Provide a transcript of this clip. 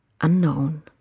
Unknown